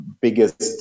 biggest